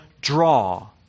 draw